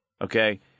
Okay